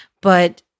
but-